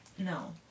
No